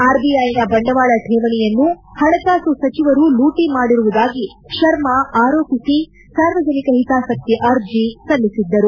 R B I ನ ಬಂಡವಾಳ ಕೇವಣಿಯನ್ನು ಪಣಕಾಸು ಸಚಿವರು ಲೂಟಿ ಮಾಡಿರುವುದಾಗಿ ಶರ್ಮಾ ಆರೋಪಿಸಿ ಸಾರ್ವಜನಿಕ ಹಿತಾಸಕ್ತಿ ಅರ್ಜಿ ಸಲ್ಲಿಸಿದ್ದರು